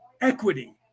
equity